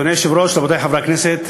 אדוני היושב-ראש, רבותי חברי הכנסת,